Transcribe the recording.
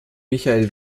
michael